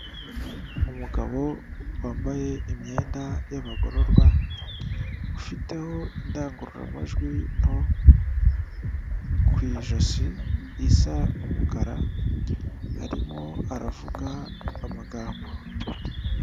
Umugabo wambaye imyenda y'abagororwa ufiteho indangururamajwi nto ku ijosi isa n'umukara arimo aravuga amagambo.